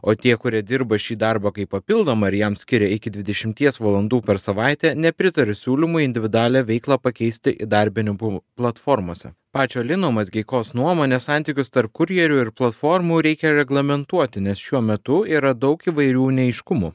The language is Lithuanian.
o tie kurie dirba šį darbą kaip papildomą ir jam skiria iki dvidešimties valandų per savaitę nepritarė siūlymui individualią veiklą pakeisti įdarbinibumų platformose pačio lino mazgeikos nuomone santykius tarp kurjerių ir platformų reikia reglamentuoti nes šiuo metu yra daug įvairių neaiškumų